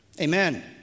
Amen